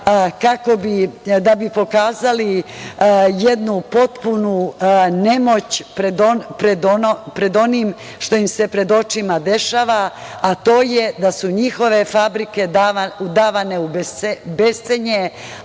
da bi pokazali jednu potpunu nemoć pred onim što im se pred očima dešava, a to je da su njihove fabrike davane u bescenje,